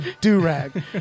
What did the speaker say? do-rag